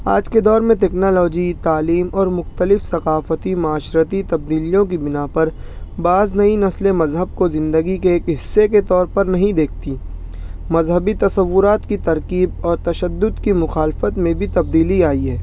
آج کے دور میں ٹکنالوجی تعلیم اور مختلف ثقافتی معاشرتی تبدیلیوں کی بنا پر بعض نئی نسلیں مذہب کو زندگی کے ایک حصے کے طور پر نہیں دیکھتیں مذہبی تصورات کی ترکیب اور تشدد کی مخالفت میں بھی تبدیلی آئی ہے